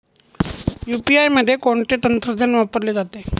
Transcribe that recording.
UPI मध्ये कोणते तंत्रज्ञान वापरले जाते?